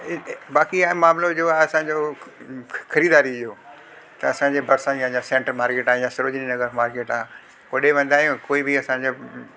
बाक़ी आहे मामिलो जो आ असांजो ख़रीदारी जो त असांजे भरिसां ही अञा सैंटर मार्किट आहे या सरोजिनी नगर मार्किट आहे होॾे वेंदा आहियूं कोई बि असांजा